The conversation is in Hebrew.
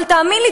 אבל תאמין לי,